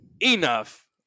Enough